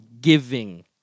giving